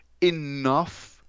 enough